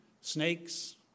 snakes